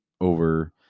over